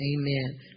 Amen